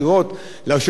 מי יודע מי תהיה,